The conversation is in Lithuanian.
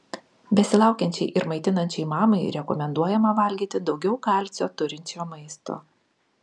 besilaukiančiai ir maitinančiai mamai rekomenduojama valgyti daugiau kalcio turinčio maisto